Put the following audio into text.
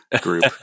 group